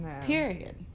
Period